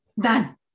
Done